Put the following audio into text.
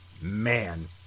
man